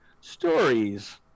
stories